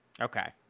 Okay